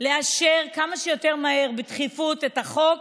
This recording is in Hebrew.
אני מבקשת לאשר כמה שיותר מהר ובדחיפות את החוק